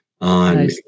on